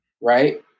Right